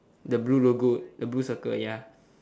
the blue logo the blue circle ya